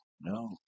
No